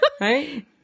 Right